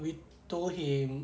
we told him